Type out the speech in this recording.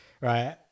right